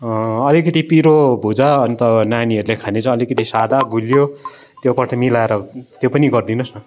अलिकति पिरो भुजा अन्त नानीहरूले खाने चाहिँ अलिकति सादा गुलियो त्योपट्टि मिलाएर त्यो पनि गरिदिनुहोस् न